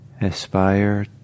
aspire